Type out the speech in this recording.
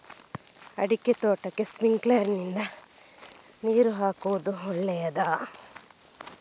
ಅಡಿಕೆ ತೋಟಕ್ಕೆ ಸ್ಪ್ರಿಂಕ್ಲರ್ ನಿಂದ ನೀರು ಹಾಕುವುದು ಒಳ್ಳೆಯದ?